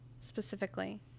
specifically